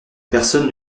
personne